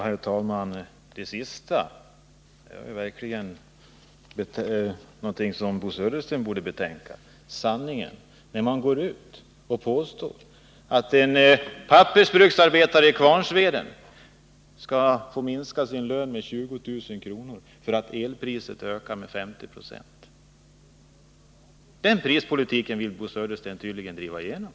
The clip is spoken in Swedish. Herr talman! Det sista — sanningen — är något som Bo Södersten verkligen borde betänka när man påstår att en pappersbruksarbetare i Kvarnsveden får sin lön minskad med 20 000 kr. om elpriset ökar med 50 96. Den prispolitiken vill Bo Södersten tydligen driva igenom.